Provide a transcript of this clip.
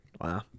Wow